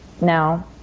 now